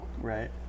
Right